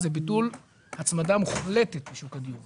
זה ביטול הצמדה מוחלט בשוק הדיור.